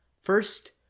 first